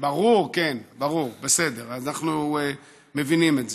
ברור, כן, ברור, בסדר, אנחנו מבינים את זה.